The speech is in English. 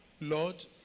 Lord